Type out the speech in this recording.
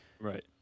Right